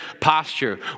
posture